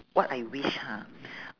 what I wish ha